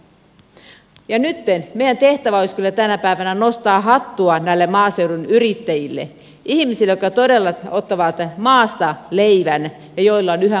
nyt meidän tehtävämme olisi kyllä tänä päivänä nostaa hattua näille maaseudun yrittäjille ihmisille jotka todella ottavat maasta leivän ja joilla on yhä maausko olemassa